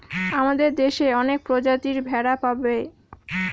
আমাদের দেশে অনেক প্রজাতির ভেড়া পাবে